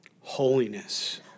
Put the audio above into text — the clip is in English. holiness